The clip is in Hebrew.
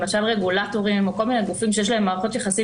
למשל רגולטורים או כל מיני גופים שיש להם מערכות יחסים